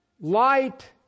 light